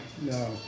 no